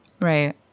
right